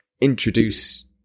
introduce